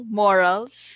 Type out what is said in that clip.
morals